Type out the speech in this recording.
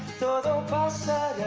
todo pasar